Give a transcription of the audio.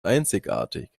einzigartig